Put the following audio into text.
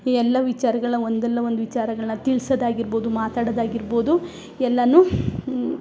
ಎಲ್ಲ ವಿಚಾರಗಳನ್ನ ಒಂದಲ್ಲ ಒಂದು ವಿಚಾರಗಳನ್ನ ತಿಳ್ಸೋದಾಗಿರ್ಬೋದು ಮಾತಾಡೋದಾಗಿರ್ಬೋದು ಎಲ್ಲ